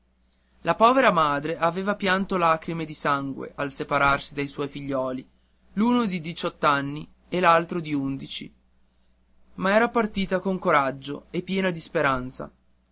la povera madre aveva pianto lacrime di sangue al separarsi dai suoi figliuoli l'uno di diciott'anni e l'altro di undici ma era partita con coraggio e piena di speranza